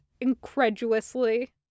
incredulously